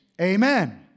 Amen